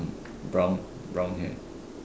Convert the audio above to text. brown brown hair